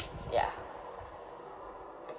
yeah